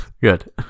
good